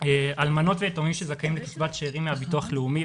אלמנות ויתומים שזכאים לקצבת שאירים מהביטוח הלאומי,